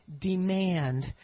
demand